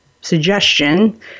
suggestion